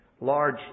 large